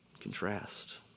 Contrast